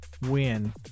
win